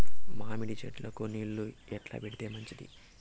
మామిడి చెట్లకు నీళ్లు ఎట్లా పెడితే మంచిది?